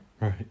Right